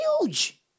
huge